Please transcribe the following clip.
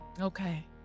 Okay